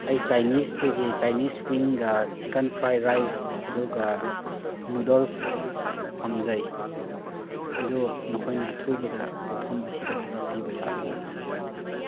ꯑꯩ ꯆꯥꯏꯅꯤꯁꯇꯒꯤ ꯆꯥꯏꯅꯤꯁ ꯐꯤꯟꯒ ꯆꯤꯀꯟ ꯐ꯭ꯔꯥꯏ ꯔꯥꯏꯁ ꯑꯗꯨꯒ ꯅꯨꯗꯜꯁ ꯄꯥꯝꯖꯩ ꯑꯗꯣ ꯅꯈꯣꯏꯅ ꯑꯊꯨꯕꯗ ꯃꯐꯝ ꯑꯁꯤꯗ ꯄꯨꯔꯛꯄꯤꯕ ꯌꯥꯒꯗ꯭ꯔꯥ